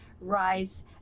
rise